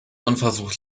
unversucht